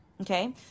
okay